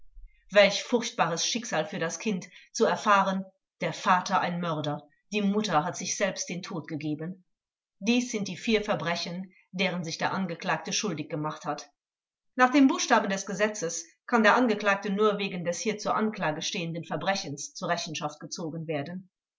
welch furchtbares schicksal für das kind zu erfahren der vater ein mörder die mutter hat sich selbst den tod gegeben dies sind die vier verbrechen deren sich der angeklagte schuldig gemacht hat nach dem buchstaben des gesetzes kann der angeklagte nur wegen des hier zur anklage stehenden verbrechens zur rechenschaft gezogen werden